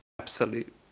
absolute